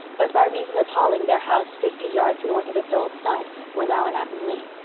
but, by reason of hauling their house fifty yards north of its old site were now in avonlea.